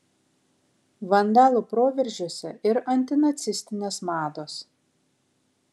vandalų proveržiuose ir antinacistinės mados